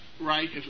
right